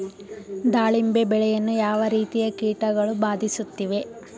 ದಾಳಿಂಬೆ ಬೆಳೆಯನ್ನು ಯಾವ ರೀತಿಯ ಕೀಟಗಳು ಬಾಧಿಸುತ್ತಿವೆ?